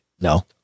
no